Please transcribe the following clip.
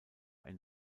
ein